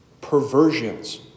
perversions